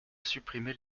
supprimer